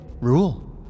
Rule